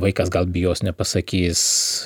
vaikas gal bijos nepasakys